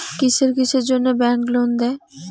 কিসের কিসের জন্যে ব্যাংক লোন দেয়?